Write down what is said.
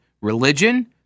religion